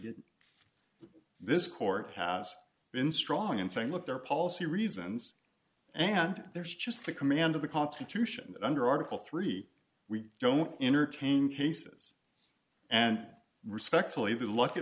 get this court has been strong in saying look there are policy reasons and there's just the command of the constitution under article three we don't entertain cases and respectfully they look at